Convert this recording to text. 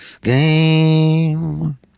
game